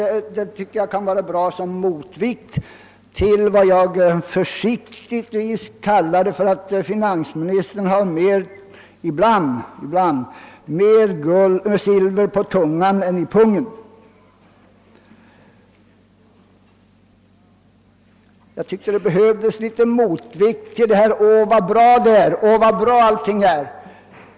Jag tycker att denna uppgift kan vara nyttig som motvikt till den inställning som jag försiktigtvis beskrivit så att finansministern ibland har mer silver på tungan än i penningpungen, alltså en motvikt till det myckna talet om hur bra allting är.